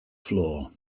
floor